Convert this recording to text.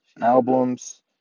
Albums